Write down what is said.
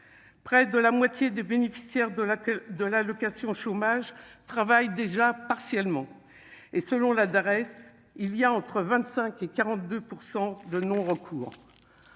près de la moitié des bénéficiaires de la queue de l'allocation chômage travaille déjà partiellement et selon l'adresse, il y a entre 25 et 42 % de non recours